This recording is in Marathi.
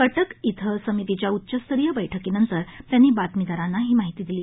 कटक इथं समितीच्या उच्चस्तरीय बैठकीनंतर त्यांनी बातमीदारांना ही माहिती दिली